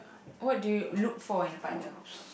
what do you look for in a partner